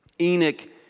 Enoch